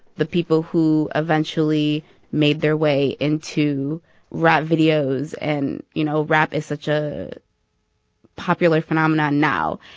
the people who eventually made their way into rap videos. and, you know, rap is such a popular phenomenon now.